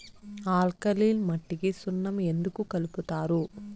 alkaline మట్టికి సున్నం ఎందుకు కలుపుతారు